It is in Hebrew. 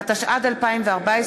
התשע"ד-2014,